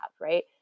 right